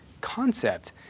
concept